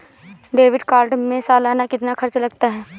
Debit card में सालाना कितना खर्च लगता है?